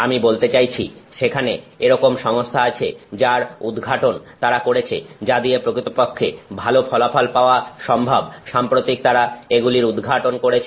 আমি বলতে চাইছি যে সেখানে এরকম সংস্থা আছে যার উদঘাটন তারা করেছে যা দিয়ে প্রকৃতপক্ষে ভালো ফলাফল পাওয়া সম্ভব সাম্প্রতিক তারা এগুলির উদঘাটন করেছে